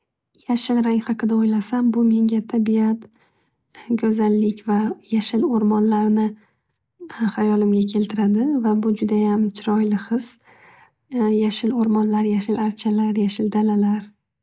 Yashil rang haqida o'ylasam bu menga tabiat go'zallik va yashil o'rmonlarnni hayolimga keltiradi. Va bu judayam chiroyli his, yashil o'rmonlar yashil archalar yashil dalalar.